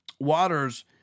Waters